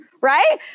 right